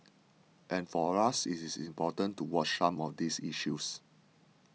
and for us it is important to watch some of these issues